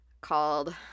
called